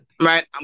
Right